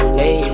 hey